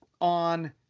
on